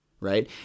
right